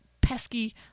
pesky